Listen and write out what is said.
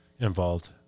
involved